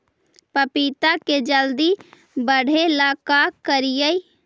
पपिता के जल्दी बढ़े ल का करिअई?